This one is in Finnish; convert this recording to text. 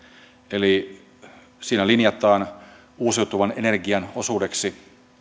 eli siinä linjataan uusiutuvan energian osuudeksi